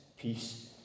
Peace